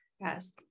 yes